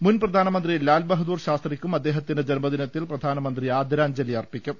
മുൻ പ്രധാനമന്ത്രി ലാൽ ബഹദൂർ ശാസ്ത്രിക്കും അദ്ദേഹ ത്തിന്റെ ജന്മദിനത്തിൽ പ്രധാനമന്ത്രി ആദരാഞ്ജലി അർപ്പിക്കും